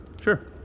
sure